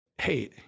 hey